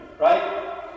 right